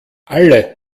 alle